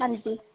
ਹਾਂਜੀ